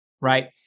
Right